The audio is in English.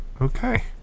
Okay